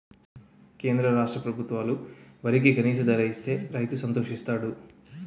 కేంద్ర రాష్ట్ర ప్రభుత్వాలు వరికి కనీస ధర ఇస్తే రైతు సంతోషిస్తాడు